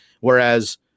whereas